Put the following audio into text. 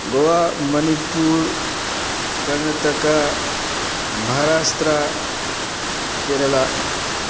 Goa Manipur Karnataka Maharashtra Kerala